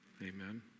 Amen